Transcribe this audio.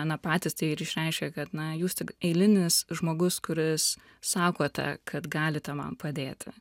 na patys tai ir išreiškia kad na jūs tik eilinis žmogus kuris sakote kad galite man padėti